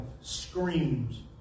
screams